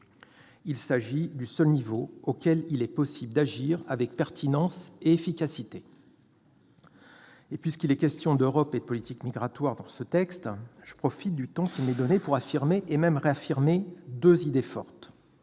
Il s'agit du seul niveau auquel il est possible d'agir avec pertinence et efficacité. Puisqu'il est question d'Europe et de politique migratoire dans ce texte, je profite du temps qui m'est imparti pour affirmer et même réaffirmer deux positions fortes